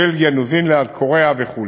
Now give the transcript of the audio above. בלגיה, ניו-זילנד, קוריאה וכו'.